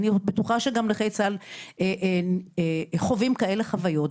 אני בטוחה שגם נכי צה"ל חווים כאלה חוויות,